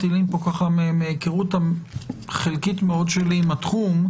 מההיכרות החלקית מאוד שלי עם התחום,